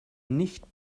nicht